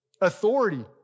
Authority